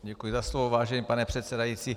Děkuji za slovo, vážený pane předsedající.